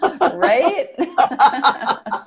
Right